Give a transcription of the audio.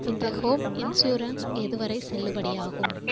இந்த home insurance எதுவரை செல்லுப்படியாகும்